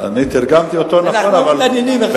אני תרגמתי אותו נכון אנחנו לא מתעניינים אחד בשני.